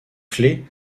clé